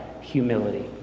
humility